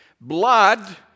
Blood